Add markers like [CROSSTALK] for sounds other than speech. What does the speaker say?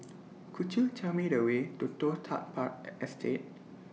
[NOISE] Could YOU Tell Me The Way to Toh Tuck Park [HESITATION] Estate